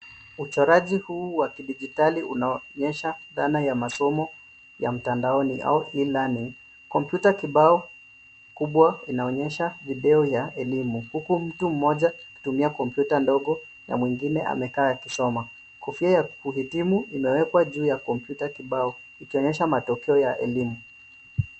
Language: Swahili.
Uchoraji huu wa kidijitali unaonyesha dhana ya masomo ya mtandaoni au E-Learning . Kompyuta kibao kubwa inaonyesha video ya elimu huku mtu mmoja akitumia kompyuta ndogo na mwingine amekaa akisoma. Kofia ya kuhitimu imewekwa juu ya kompyuta kibao ikionyesha matokeo ya elimu.